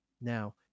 Now